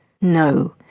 No